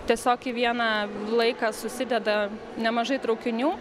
tiesiog į vieną laiką susideda nemažai traukinių